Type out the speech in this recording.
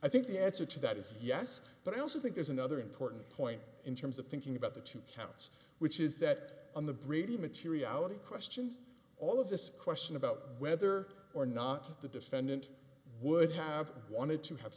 i think the answer to that is yes but i also think there's another important point in terms of thinking about the two counts which is that on the brady materiality question all of this question about whether or not the defendant would have wanted to have